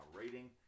rating